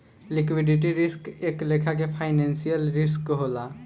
liquidity risk एक लेखा के फाइनेंशियल रिस्क होला